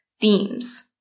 themes